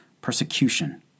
persecution